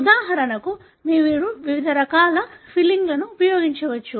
ఉదాహరణకు మీరు వివిధ రకాల ఫిల్లింగ్ని ఉపయోగించవచ్చు